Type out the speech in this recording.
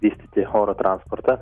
vystyti oro transportą